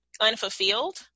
unfulfilled